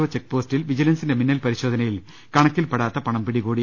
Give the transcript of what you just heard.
O ചെക്ക്പോസ്റ്റിൽ വിജിലൻസിന്റെ മി ന്നൽ പരിശോധനയിൽ കണക്കിൽ പെടാത്ത പണം പിടികൂടി